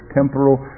temporal